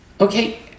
okay